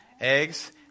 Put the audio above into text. eggs